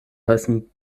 heißen